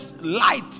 light